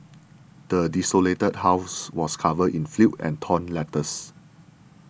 the desolated house was covered in filth and torn letters